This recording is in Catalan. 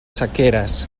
sequeres